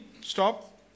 Stop